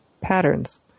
patterns